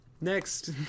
Next